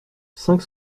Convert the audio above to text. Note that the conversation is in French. cinq